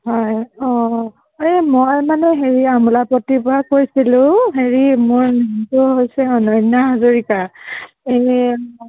হয় অহ এই মই মানে হেৰি আমোলাপট্টিৰ পৰা কৈছিলোঁ হেৰি মোৰ নামটো হৈছে অনন্যা হাজৰিকা এই